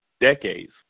decades